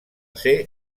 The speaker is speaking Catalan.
ser